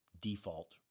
default